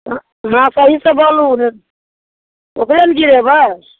हँ सहीसँ बोलू ने ओकरे ने गिरेबै